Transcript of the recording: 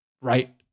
right